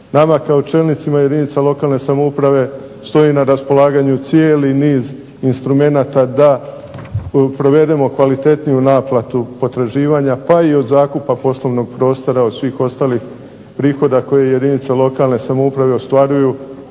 Nama kao čelnicima jedinica lokalne samouprave stoji na raspolaganju cijeli niz instrumenata da provedemo kvalitetniju naplatu potraživanja, pa i od zakupa poslovnog prostora od svih ostalih prihoda koje jedinica lokalne samouprave ostvaruju